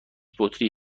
بطری